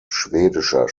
schwedischer